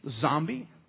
zombie